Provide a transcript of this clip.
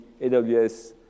AWS